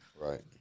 Right